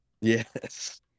Yes